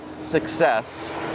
success